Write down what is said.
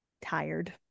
tired